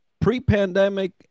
Pre-pandemic